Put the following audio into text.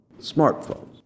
smartphones